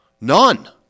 None